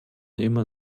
immer